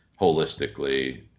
holistically